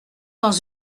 dans